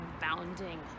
bounding